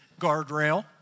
guardrail